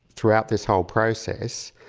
throughout this whole process,